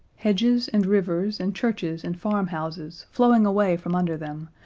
hedges and rivers and churches and farmhouses flowing away from under them,